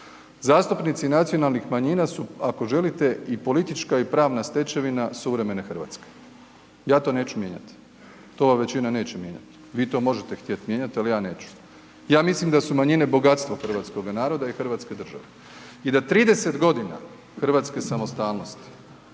Zastupnici nacionalnih manjina su ako želite, i politička i pravna stečevina suvremene Hrvatske. Ja to neću mijenjati. To ova većina neće mijenjati. Vi to možete htjet mijenjati ali ja neću. Ja mislim da su manjine bogatstvo hrvatskoga naroda i hrvatske države. I da 30 g. hrvatske samostalnosti